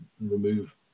remove